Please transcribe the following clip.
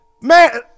man